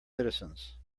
citizens